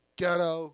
ghetto